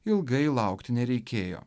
ilgai laukti nereikėjo